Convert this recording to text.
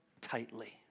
tightly